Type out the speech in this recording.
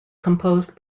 composed